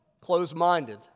closed-minded